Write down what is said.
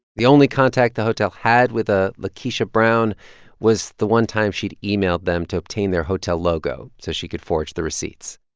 the only contact the hotel had with a lakeisha brown was the one time she'd emailed them to obtain their hotel logo so she could forge the receipts